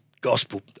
gospel